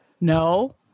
No